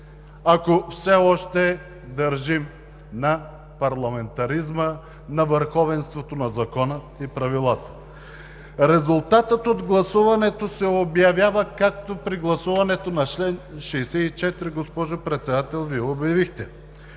ако все още държим на парламентаризма, на върховенството на закона и правилата: „Резултатът от гласуването се обявява, както при гласуването на чл. 64 – госпожо Председател, Вие обявихте